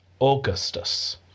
Augustus